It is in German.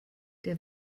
der